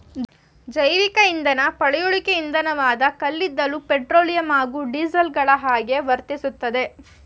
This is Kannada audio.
ಜೈವಿಕಇಂಧನ ಪಳೆಯುಳಿಕೆ ಇಂಧನವಾದ ಕಲ್ಲಿದ್ದಲು ಪೆಟ್ರೋಲಿಯಂ ಹಾಗೂ ಡೀಸೆಲ್ಗಳಹಾಗೆ ವರ್ತಿಸ್ತದೆ